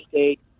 State